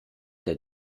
der